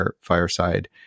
fireside